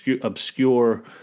obscure